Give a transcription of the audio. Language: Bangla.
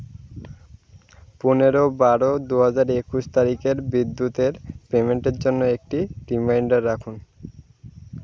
পনেরো বারো দু হাজার একুশ তারিখের বিদ্যুতের পেমেন্টের জন্য একটি রিমাইন্ডার রাখুন